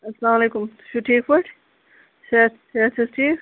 اَسلامُ عَلیٖکُم تُہۍ چھُو ٹھیٖک پٲٹھۍ صحت صحت چھِ حظ ٹھیٖک